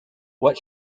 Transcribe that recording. what